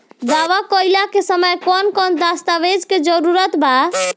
दावा कईला के समय कौन कौन दस्तावेज़ के जरूरत बा?